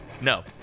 no